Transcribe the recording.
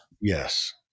Yes